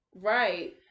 Right